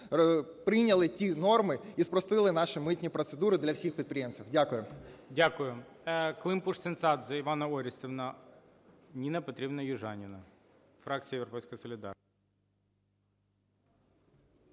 прийняли ті норми і спростили наші митні процедури для всіх підприємців. Дякую.